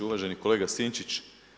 Uvaženi kolega Sinčić.